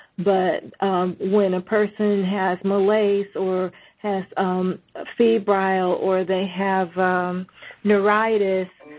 but when a person has malaise or has febrile or they have neuritis,